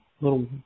little